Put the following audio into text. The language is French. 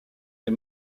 des